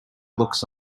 looks